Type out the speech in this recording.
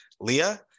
Leah